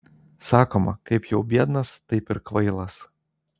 sakoma kaip jau biednas taip ir kvailas